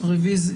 רוב נגד,